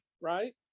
right